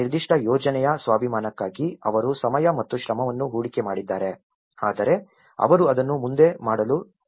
ಆ ನಿರ್ದಿಷ್ಟ ಯೋಜನೆಯ ಸ್ವಾಭಿಮಾನಕ್ಕಾಗಿ ಅವರು ಸಮಯ ಮತ್ತು ಶ್ರಮವನ್ನು ಹೂಡಿಕೆ ಮಾಡಿದ್ದಾರೆ ಆದರೆ ಅವರು ಅದನ್ನು ಮುಂದೆ ಮಾಡಲು ಸಾಧ್ಯವಾಗಲಿಲ್ಲ